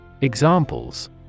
Examples